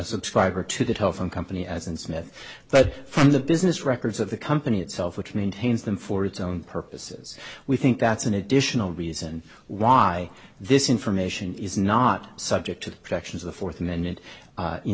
subscriber to the telephone company as in smith but from the business records of the company itself which maintains them for its own purposes we think that's an additional reason why this information is not subject to the protections of the fourth amendment